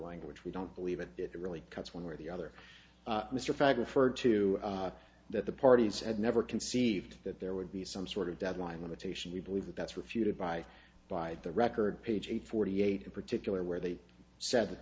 language we don't believe that it really cuts one way or the other mr fact referred to that the parties had never conceived that there would be some sort of deadline limitation we believe that that's refuted by by the record page eight forty eight in particular where they said that